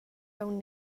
aunc